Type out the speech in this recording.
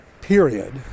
period